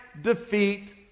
defeat